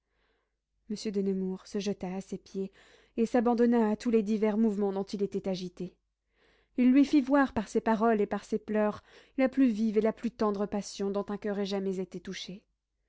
monsieur de nemours se jeta à ses pieds et s'abandonna à tous les divers mouvements dont il était agité il lui fit voir et par ses paroles et par ses pleurs la plus vive et la plus tendre passion dont un coeur ait jamais été touché